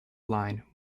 line